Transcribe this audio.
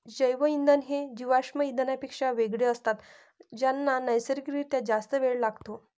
जैवइंधन हे जीवाश्म इंधनांपेक्षा वेगळे असतात ज्यांना नैसर्गिक रित्या जास्त वेळ लागतो